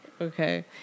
Okay